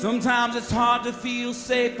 sometimes it's hard to feel safe